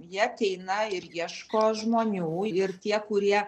jie ateina ir ieško žmonių ir tie kurie